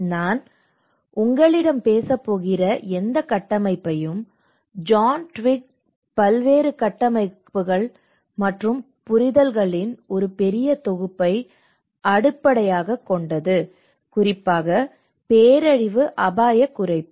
நான் உங்களுடன் பேசப் போகிற எந்த கட்டமைப்பும் ஜான் ட்விக்கின் பல்வேறு கட்டமைப்புகள் மற்றும் புரிதல்களின் ஒரு பெரிய தொகுப்பை அடிப்படையாகக் கொண்டது குறிப்பாக பேரழிவு அபாயக் குறைப்பு